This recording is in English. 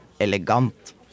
Elegant